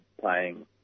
playing